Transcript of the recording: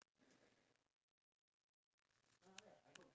do you think a lot of people are loyal nowadays